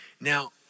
Now